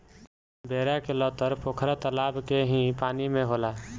बेरा के लतर पोखरा तलाब के ही पानी में होला